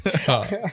Stop